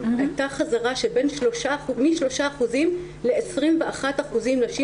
הייתה חזרה של בין 3% ל-21% של נשים